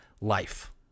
life